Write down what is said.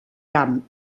camp